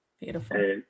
Beautiful